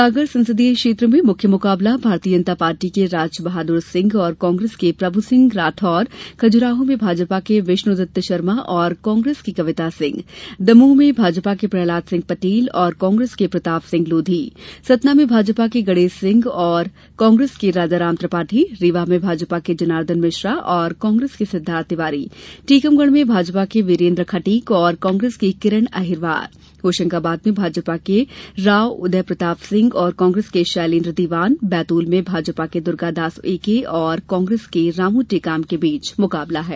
सागर संसदीय क्षेत्र में मुख्य मुकाबला भारतीय जनता पार्टी के राज बहादुर सिंह और कांग्रेस के प्रभु सिंह राठोर खजुराहो में भाजपा के विष्णुदत्त शर्मा और कांग्रेस की कविता सिंह दमोह में भाजपा के प्रहलाद सिंह पटेल और कांग्रेस के प्रताप सिंह लोधी सतना में भाजपा के गणेश सिंह और कांग्रेस के राजाराम त्रिपाठी रीवा में भाजपा के जनार्दन मिश्रा और कांग्रेस के सिद्वार्थ तिवारी टीकमगढ़ में भाजपा के वीरेन्द्र खटीक और कांग्रेस की किरण अहिरवार होशंगाबाद में भाजपा के राव उदय प्रताप सिंह और कांग्रेस के शैलेन्द्र दीवान बैतूल में भाजपा के दुर्गा दास उइके और कांग्रेस के रामू टेकाम के बीच मुकाबला है